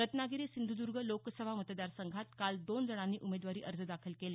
रत्नागिरी सिंधुद्र्ग लोकसभा मतदारसंघात काल दोन जणांनी उमेदवारी अर्ज दाखल केले